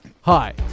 Hi